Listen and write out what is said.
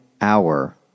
hour